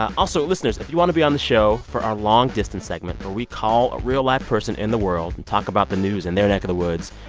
also, listeners, if you want to be on the show for our long distance segment, where we call a real live person in the world and talk about the news in their neck of the woods,